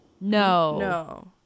no